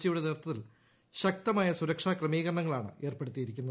ജിയുടെ നേതൃത്യത്തിൽ ശക്തമായ സുരക്ഷ ക്രമീകരണങ്ങളാണ് ഏർപ്പ്ടുത്തിയിരിക്കുന്നത്